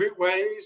routeways